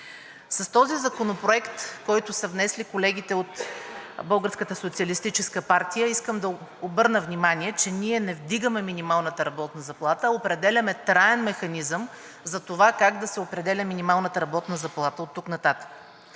С този законопроект, който са внесли колегите от Българската социалистическа партия, искам да обърна внимание, че ние не вдигаме минималната работна заплата, а определяме траен механизъм за това как да се определя минималната работна заплата оттук нататък.